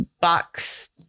box